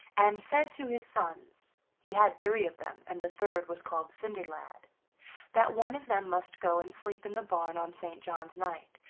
and said to his sons he had three of them, and the third was called cinderlad that one of them must go and sleep in the barn on st. john's night,